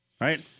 right